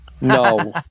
No